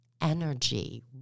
energy